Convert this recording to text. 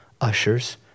Ushers